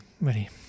Ready